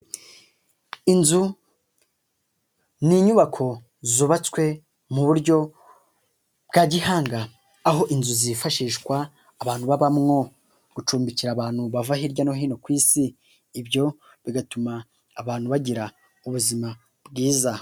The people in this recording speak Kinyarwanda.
Inzu ni inyubako zubatswe mu buryo bwa gihanga aho inzu zifashishwa abantu babamo, gucumbikira abantu bava hirya no hino ku isi ibyo bigatuma abantu bagira ubuzima bwiza.